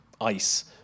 ice